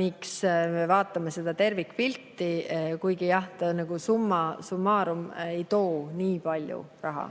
miks me vaatame seda tervikpilti, kuigi seesumma summarumei too nii palju raha.